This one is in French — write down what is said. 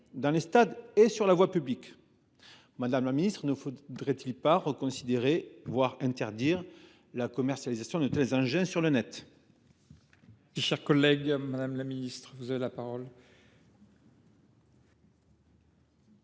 Madame la ministre, ne faudrait il pas interdire la commercialisation de tels engins sur le Net ?